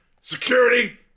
Security